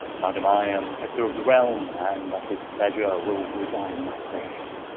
madame, i am protector of the realme, and at his pleasure will resigne my place